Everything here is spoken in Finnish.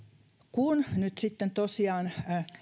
kun nyt tosiaan